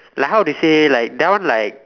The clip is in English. like how to say like that one like